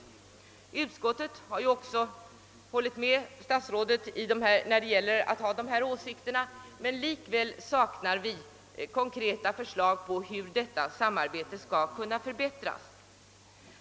Utskottet har ju också anslutit sig till statsrådets förslag härvidlag, men vi saknar likväl konkreta förslag om hur detta samarbete skall kunna förbättras.